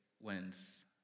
wins